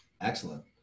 Excellent